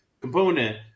component